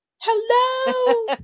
Hello